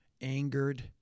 angered